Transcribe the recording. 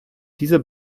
diese